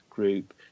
group